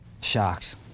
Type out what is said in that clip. Sharks